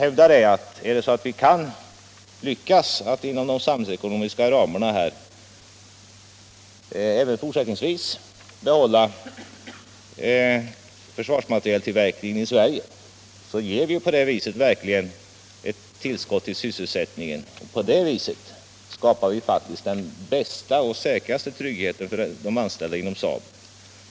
Kan vi lyckas att, inom de samhällsekonomiska ramarna, även fortsättningsvis behålla försvarsmaterieltillverkningen i Sverige ger vi på det viset verkligen ett tillskott till sysselsättningen. Så skapar vi faktiskt den bästa och största tryggheten för de anställda i SAAB.